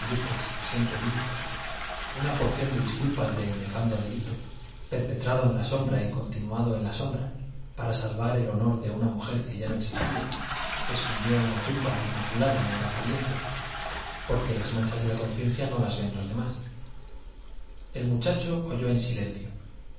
siempre limpios una porción de disculpas del nefando delito perpetrado en la sombra y continuado en la sombra para salvar el honor de una mujer que ya no existía que se hundió en la tumba inmaculada en la apariencia porque las man chas de la conciencia no las ven los demás el muchacho oyó en silencio